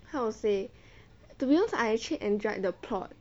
how to say to be honest I actually enjoyed the plot